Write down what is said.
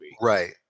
Right